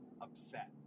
upset